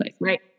Right